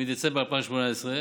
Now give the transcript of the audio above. מדצמבר 2018,